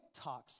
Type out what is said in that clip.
TikToks